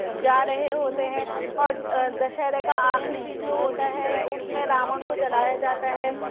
جا رہے ہوتے ہیں اور دشہرہ کا آخری دن جو ہوتا ہے اُس میں راون کو جلایا جاتا ہے